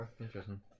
interesting